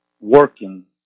working